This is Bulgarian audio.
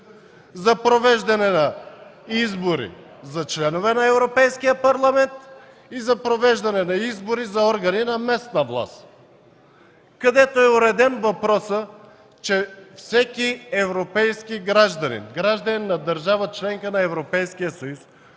за провеждане на избори за членове на Европейския парламент и за провеждане на избори за органи на местна власт, където е уреден въпросът, че всеки европейски гражданин, гражданин на държава – членка на Европейския съюз,